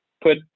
put